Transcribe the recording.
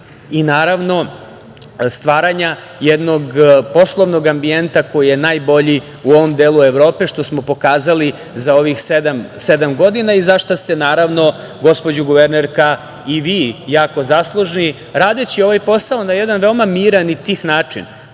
i naravno stvaranja jednog poslovnog ambijenta koji je najbolji u ovom delu Evrope, što smo pokazali za ovih sedam godina i za šta ste, naravno, gospođo guvernerka, i vi jako zaslužni, radeći ovaj posao na veoma miran i tih način,